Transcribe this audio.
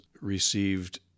received